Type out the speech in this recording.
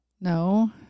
no